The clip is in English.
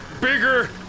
bigger